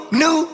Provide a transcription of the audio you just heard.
new